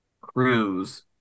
cruise